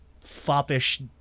foppish